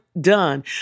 done